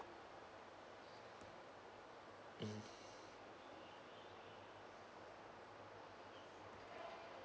mm